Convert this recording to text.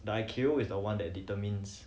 the I_Q is the one that determines